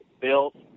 built